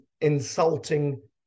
insulting